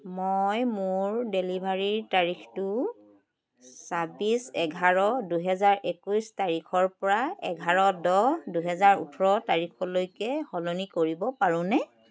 মই মোৰ ডেলিভাৰীৰ তাৰিখটো ছাব্বিছ এঘাৰ দুহেজাৰ একৈছ তাৰিখৰ পৰা এঘাৰ দহ দুহেজাৰ ওঁঠৰ তাৰিখলৈকে সলনি কৰিব পাৰোঁনে